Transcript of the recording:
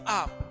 up